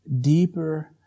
deeper